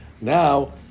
Now